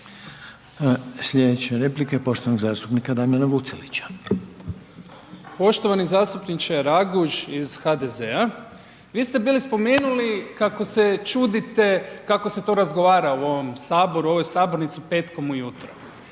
Sljedeća je replika poštovanog zastupnika Damjana Vucelića. **Vucelić, Damjan (Živi zid)** Poštovani zastupniče Raguž iz HDZ-a, vi ste bili spomenuli kako se čudite kako se to razgovara u ovom sabornici petkom ujutro.